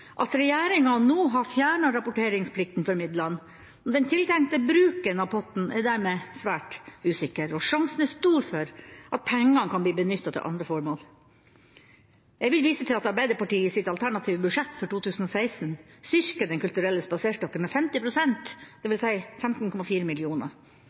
at regjeringa nå har fjernet rapporteringsplikten for midlene. Den tiltenkte bruken av potten er dermed svært usikker, og sjansen er stor for at pengene kan bli benyttet til andre formål. Jeg vil vise til at Arbeiderpartiet i sitt alternative budsjett for 2016 styrker Den kulturelle spaserstokken med 50 pst., dvs. 15,4